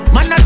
Man